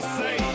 say